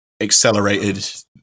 accelerated